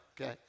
okay